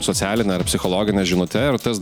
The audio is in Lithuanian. socialine ar psichologine žinute ir tas